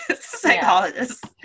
Psychologist